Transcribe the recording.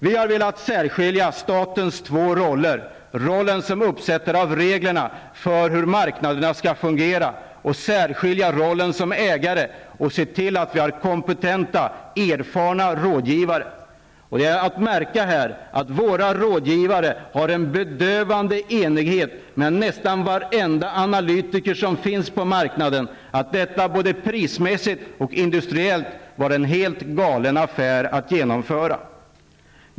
Vi har velat särskilja statens två roller: rollen som uppsättare av reglerna för hur marknaderna skall fungera och rollen som ägare, där vi skall ha erfarna och kompetenta rådgivare. Det är att märka att våra rådgivare har en bedövande enighet med nästan varenda analytiker som finns på marknaden: Detta var både prismässigt och industriellt en helt galen affär.